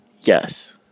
Yes